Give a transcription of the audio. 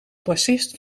bassist